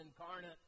incarnate